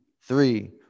three